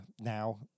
now